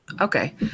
okay